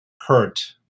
hurt